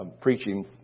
preaching